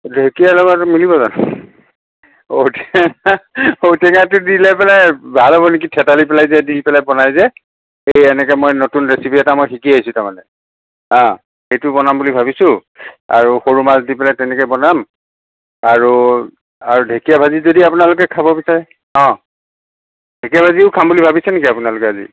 ঢেকীয়া লগত মিলিব জানো ঔটেঙা ঔটেঙাটো দি লৈ পেলাই ভাল হ'ব নেকি থেতালি পেলাই যে দি পেলাই বনায় যে সেই এনেকৈ মই নতুন ৰেচিপি এটা মই শিকি আহিছোঁ তাৰমানে অ' সেইটো বনাম বুলি ভাবিছোঁ আৰু সৰু মাছ দি পেলাই তেনেকৈ বনাম আৰু আৰু ঢেকীয়া ভাজি যদি আপোনালোকে খাব বিচাৰে অ' ঢেকীয়া ভাজিও খাম বুলি ভাবিছে নেকি আপোনালোকে আজি